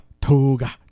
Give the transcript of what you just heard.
toga